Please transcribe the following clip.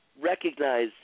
recognize